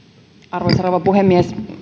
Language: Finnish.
arvoisa rouva puhemies